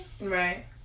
Right